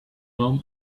room